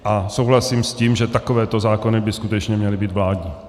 A souhlasím s tím, že takovéto zákony by skutečně měly být vládní.